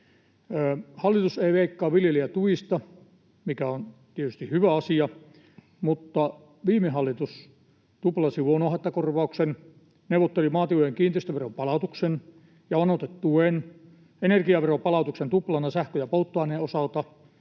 Hallitus ei leikkaa viljelijätuista, mikä on tietysti hyvä asia, mutta viime hallitus tuplasi luonnonhaittakorvauksen, neuvotteli maatilojen kiinteistöveron palautuksen ja lannoitetuen sekä energiaveron palautuksen tuplana sähkön ja polttoaineen osalta,